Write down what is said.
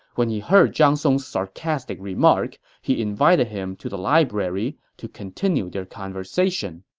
when he heard zhang song's sarcastic remark, he invited him to the library to continue their conversation